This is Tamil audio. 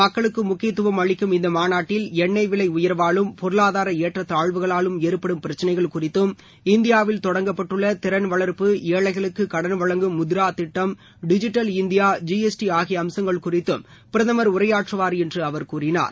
மக்களுக்கே முக்கியத்துவம் அளிக்கும் இந்த மாநாட்டில் எண்ணெய் விலை உயர்வாலும் பொருளாதார ஏற்றத்தாழ்வுகளாலும் ஏற்படும் பிரச்சினைகள் குறித்தும் இந்தியாவில் தொடங்கப்பட்டுள்ள திறன் வளா்ப்பு ஏழைகளுக்கு கடன் வழங்கம் முத்ரா திட்டம் digital India G S T ஆகிய அம்சங்கள் குறித்தும் பிரதமா உரையாற்றுவாா என்று அவா கூறினார்